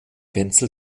wenzel